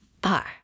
bar